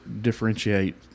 differentiate